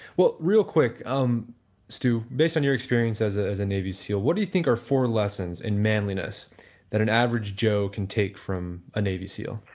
well, real quick, um stew based on your experience as ah as a navy seal, what do you think are four lessons in manliness that an average joe can take from a navy seal?